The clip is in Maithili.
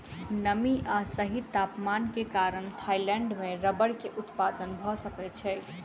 नमी आ सही तापमान के कारण थाईलैंड में रबड़ के उत्पादन भअ सकै छै